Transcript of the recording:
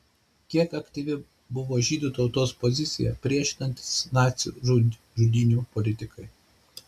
kiek aktyvi buvo žydų tautos pozicija priešinantis nacių žudynių politikai